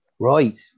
Right